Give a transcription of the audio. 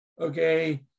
okay